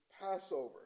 passover